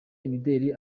imideli